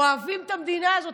אוהבים את המדינה הזאת.